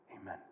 Amen